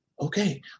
Okay